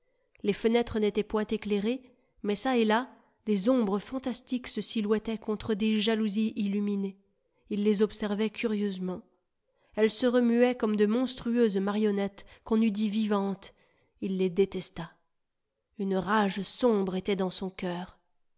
les fenêtres n'étaient point éclairées mais çà et là des ombres fantastiques se silhouettaient contre des jalousies illuminées il les observait curieusement elles se remuaient comme de monstrueuses marionnettes qu'on eût dit vivantes il les détesta une rage sombre était dans son cœur